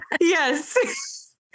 Yes